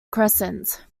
crescent